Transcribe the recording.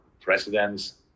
presidents